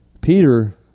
Peter